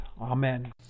Amen